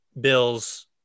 Bill's